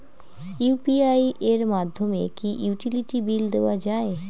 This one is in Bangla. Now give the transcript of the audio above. ইউ.পি.আই এর মাধ্যমে কি ইউটিলিটি বিল দেওয়া যায়?